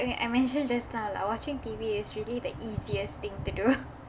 okay I mentioned just now lah watching T_V is really the easiest thing to do